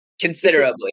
considerably